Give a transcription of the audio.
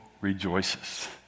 rejoices